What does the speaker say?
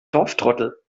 dorftrottel